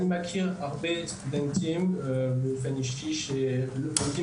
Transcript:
אני מכיר הרבה סטודנטים באופן אישי שלא מקבלים